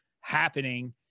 happening